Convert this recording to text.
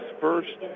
first